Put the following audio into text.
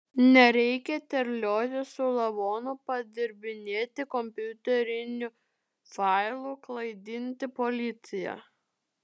nereikia terliotis su lavonu padirbinėti kompiuterinių failų klaidinti policiją